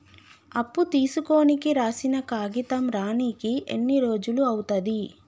అప్పు తీసుకోనికి రాసిన కాగితం రానీకి ఎన్ని రోజులు అవుతది?